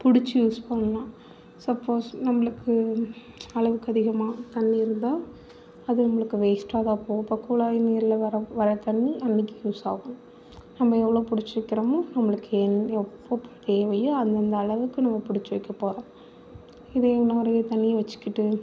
பிடிச்சி யூஸ் பண்ணலாம் சப்போஸ் நம்மளுக்கு அளவுக்கு அதிகமாக தண்ணீர் இருந்தால் அது நம்மளுக்கு வேஸ்ட்டாக தான் போகும் இப்போ குழாய் நீரில் வர வர தண்ணி நம்மளுக்கு யூஸ் ஆகும் நம்ப எவ்வளோ பிடிச்சி வைக்கிறோமோ நம்மளுக்கு என்ன எப்போ தேவையோ அந்தந்த அளவுக்கு நம்ம பிடிச்சி வைக்க போகறோம் ஒரே தண்ணியை வச்சிக்கிட்டு